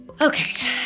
Okay